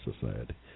society